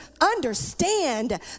understand